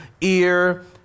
ear